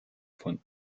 von